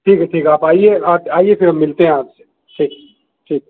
ٹھیک ہے ٹھیک ہے آپ آئیے گا آئیے پھر ملتے ہیں آپ سے ٹھیک ٹھیک